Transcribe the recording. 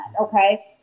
okay